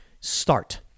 start